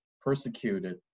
persecuted